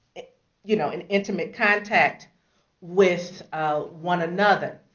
you know in intimate contact with one another.